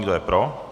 Kdo je pro?